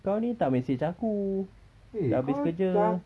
kau ni tak message aku dah habis kerja